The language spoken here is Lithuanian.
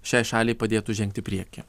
šiai šaliai padėtų žengt į priekį